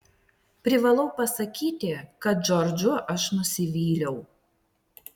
privalau pasakyti kad džordžu aš nusivyliau